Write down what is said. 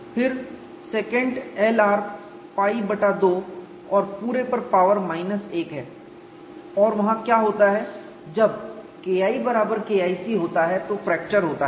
फिर Secant Lr π बटा 2 और पूरे पर पावर माइनस 1 है और यहां क्या होता है जब KI बराबर KIC होता है तो फ्रैक्चर होता है